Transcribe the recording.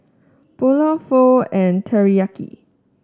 Pulao Pho and Teriyak